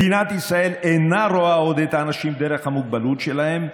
מדינת ישראל אינה רואה עוד את האנשים דרך המוגבלות שלהם,